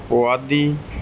ਪੋਆਧੀ